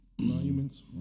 Monuments